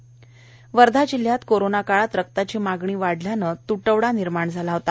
रक्तदान वर्धा जिल्ह्यात कोरोनाकाळात रक्ताची मागणी वाढल्याने त्टवडा निर्माण झाला होता